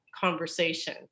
conversation